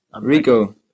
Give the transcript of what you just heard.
Rico